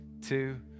two